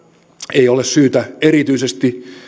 ei ole syytä erityisesti